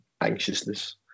anxiousness